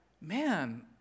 man